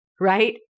right